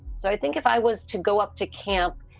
so i think if i was to go up to camp